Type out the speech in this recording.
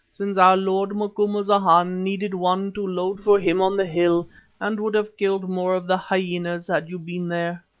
since our lord macumazana needed one to load for him on the hill and would have killed more of the hyenas had you been there.